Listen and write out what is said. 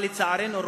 אבל לצערנו,